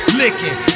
licking